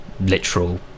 literal